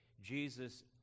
Jesus